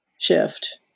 shift